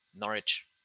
Norwich